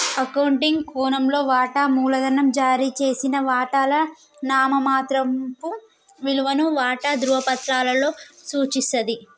accounting కోణంలో, వాటా మూలధనం జారీ చేసిన వాటాల నామమాత్రపు విలువను వాటా ధృవపత్రాలలో సూచిస్తది